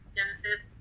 Genesis